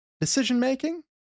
Decision-making